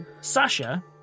Sasha